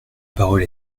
parole